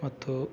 ಮತ್ತು